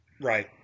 Right